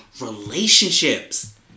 relationships